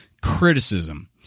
criticism